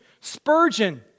Spurgeon